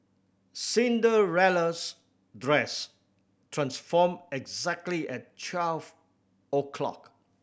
Cinderella's dress transformed exactly at twelve o'clock